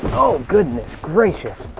oh! goodness gracious!